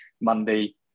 Monday